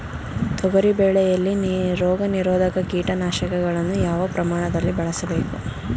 ತೊಗರಿ ಬೆಳೆಯಲ್ಲಿ ರೋಗನಿರೋಧ ಕೀಟನಾಶಕಗಳನ್ನು ಯಾವ ಪ್ರಮಾಣದಲ್ಲಿ ಬಳಸಬೇಕು?